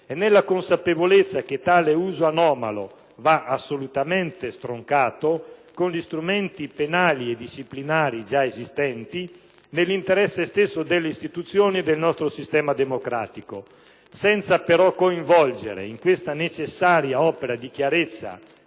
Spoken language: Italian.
di indagine, che va assolutamente stroncato, con gli strumenti penali e disciplinari già esistenti, nell'interesse stesso delle istituzioni e del nostro sistema democratico, senza però coinvolgere in questa necessaria opera di chiarezza,